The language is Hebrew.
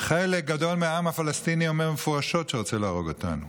חלק גדול מהעם הפלסטיני אומר מפורשות שהוא רוצה להרוג אותנו,